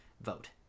vote